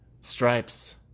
Stripes